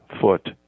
foot